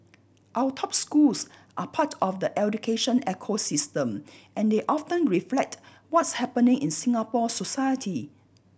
our top schools are part of the education ecosystem and they often reflect what's happening in Singapore society